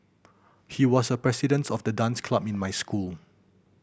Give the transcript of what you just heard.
he was the president of the dance club in my school